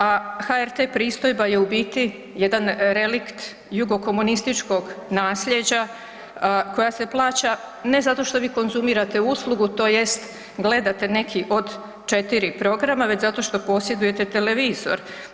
A HRT-e pristojba je u biti jedan relikt jugokomunističkog nasljeđa koja se plaća ne zato što vi konzumirate uslugu tj. gledate neki od 4 programa, već zato što posjedujete televizor.